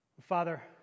Father